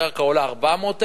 הקרקע עולה 400,000,